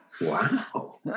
Wow